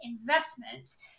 investments